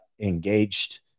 engaged